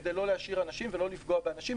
כדי לא להשאיר אנשים ולא לפגוע באנשים.